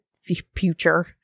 future